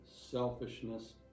selfishness